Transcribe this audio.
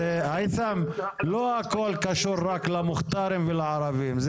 היתם, לא הכל קשור רק למוכתרים ולערבים.